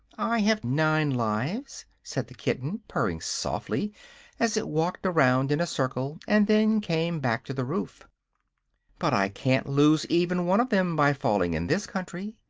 i have nine lives, said the kitten, purring softly as it walked around in a circle and then came back to the roof but i can't lose even one of them by falling in this country,